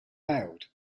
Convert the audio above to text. failed